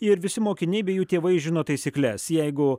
ir visi mokiniai bei jų tėvai žino taisykles jeigu